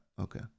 Okay